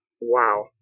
Wow